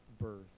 birth